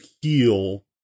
heal